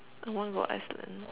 I want go Iceland